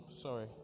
sorry